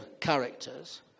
characters